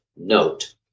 note